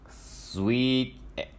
Sweet